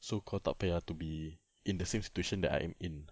so kau tak payah to be in the same situation that I am in